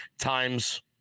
times